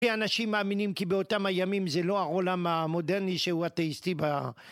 אנשים מאמינים כי באותם הימים זה לא העולם המודרני שהוא אתאיסטי ב...